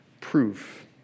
proof